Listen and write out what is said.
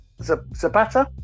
Zabata